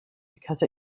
because